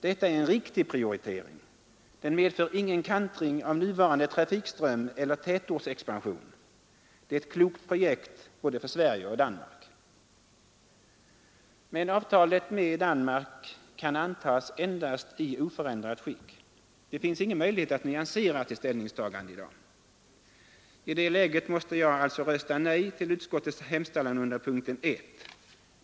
Detta är en viktig prioritering. Den medför ingen kantring av nuvarande trafikström eller tätortsexpansion, och det är ett klokt projekt både för Sverige och för Danmark. Men avtalet med Danmark kan antas endast i oförändrat skick — man har ingen möjlighet att nyansera sitt ställningstagande i dag. I detta läge måste jag alltså rösta nej till utskottets hemställan under punkten 1.